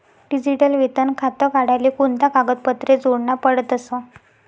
Digital वेतन खातं काढाले कोणता कागदपत्रे जोडना पडतसं?